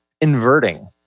inverting